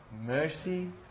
mercy